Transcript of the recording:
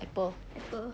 apple